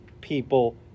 people